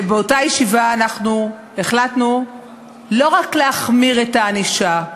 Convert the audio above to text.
ובאותה ישיבה החלטנו לא רק להחמיר את הענישה,